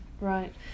right